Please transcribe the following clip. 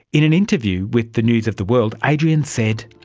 in an interview with the news of the world, adrian said